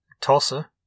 Tulsa